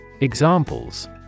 Examples